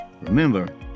Remember